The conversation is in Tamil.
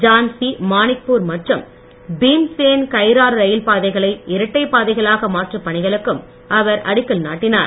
ஜான்சி மாணிக்பூர் மற்றும் பீம்சேன் கைரார் ரயில் பாதைகளை இரட்டைப் பாதைகளாக மாற்றும் பணிகளுக்கும் அவர் அடிக்கல் நாட்டினார்